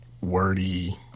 wordy